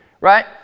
right